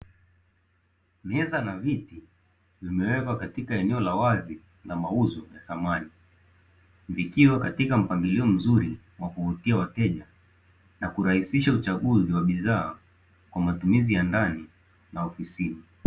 Meza na viti vimewekwa katika eneo la wazi la mauzo ya samani, vikiwa katika mpangilio mzuri wa kuvutia wateja na kurahisisha uchaguzi wa bidhaa kwa matumizi ya ndani na ofisini.